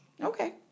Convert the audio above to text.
Okay